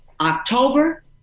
October